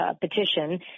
petition